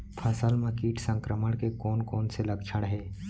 फसल म किट संक्रमण के कोन कोन से लक्षण हे?